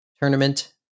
tournament